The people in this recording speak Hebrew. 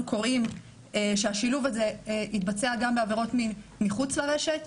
קוראים שהשילוב הזה יתבצע גם בעבירות מין מחוץ לרשת,